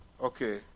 okay